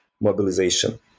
mobilization